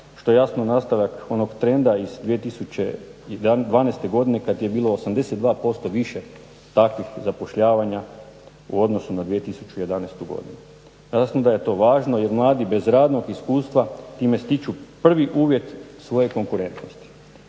što je jasno nastavak onog trenda iz 2012. godine kad je bilo 82% više takvih zapošljavanja u odnosu na 2011. godine. Jasno da je to važno jer mladi bez radnog iskustva time stiču prvi uvjet svoje konkurentnosti